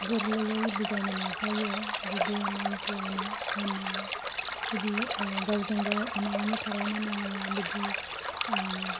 गोरलैयै बुजायनो नाजायो बिदि नांज्लायनो हामा बिदि गावजों गाव एना एनि थालायनो नाङा बिदिनो